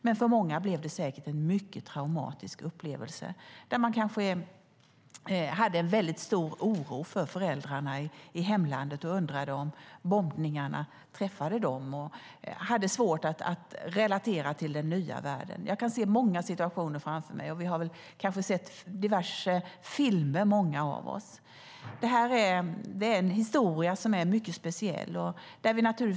Men för många blev det säkert en mycket traumatisk upplevelse. De kände säkert en stor oro för föräldrarna i hemlandet och undrade om bombningarna träffade dem. De hade svårt att relatera till den nya världen. Jag kan se många situationer framför mig, och många av oss har nog sett diverse filmer. Detta är en historia som är mycket speciell.